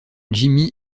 jimmy